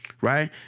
right